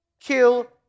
Kill